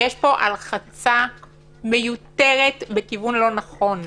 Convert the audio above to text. יש פה הלחצה מיותרת בכיוון הלא נכון.